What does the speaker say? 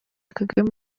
kagame